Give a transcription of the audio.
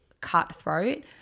cutthroat